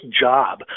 job